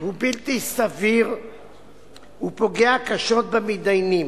הוא בלתי סביר ופוגע קשות במתדיינים: